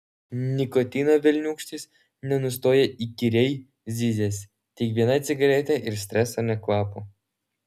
nikotino velniūkštis nenustoja įkyriai zyzęs tik viena cigaretė ir streso nė kvapo